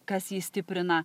kas jį stiprina